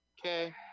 Okay